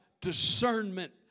Discernment